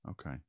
Okay